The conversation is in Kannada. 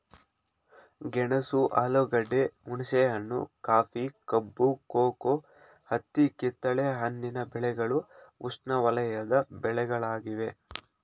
ಗೆಣಸು ಆಲೂಗೆಡ್ಡೆ, ಹುಣಸೆಹಣ್ಣು, ಕಾಫಿ, ಕಬ್ಬು, ಕೋಕೋ, ಹತ್ತಿ ಕಿತ್ತಲೆ ಹಣ್ಣಿನ ಬೆಳೆಗಳು ಉಷ್ಣವಲಯದ ಬೆಳೆಗಳಾಗಿವೆ